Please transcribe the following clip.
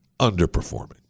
underperforming